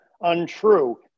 untrue